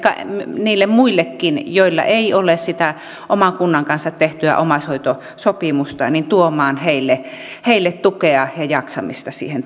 niille muillekin joilla ei ole sitä oman kunnan kanssa tehtyä omaishoitosopimusta tuomaan tukea ja jaksamista siihen